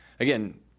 Again